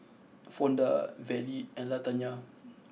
Fonda Vallie and Latanya